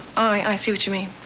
i see. what you mean.